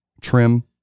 trim